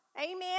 Amen